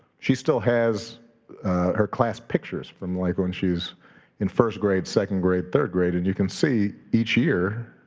she still has her class pictures from like when she was in first grade, second grade, third grade. and you can see each year,